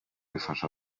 bifasha